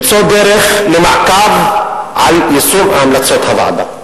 למצוא דרך למעקב על יישום המלצות הוועדה.